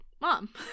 Mom